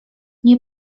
nie